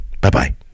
Bye-bye